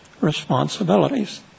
responsibilities